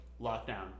lockdown